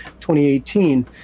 2018